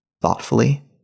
thoughtfully